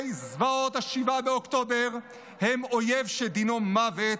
זוועת 7 באוקטובר הם אויב שדינו מוות,